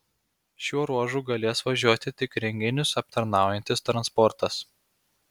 šiuo ruožu galės važiuoti tik renginius aptarnaujantis transportas